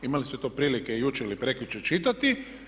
Imali ste to prilike jučer ili prekjučer čitati.